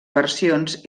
versions